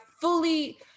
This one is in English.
fully